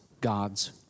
god's